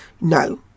No